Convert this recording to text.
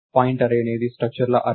point array అనేది స్ట్రక్చర్ల array